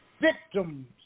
victims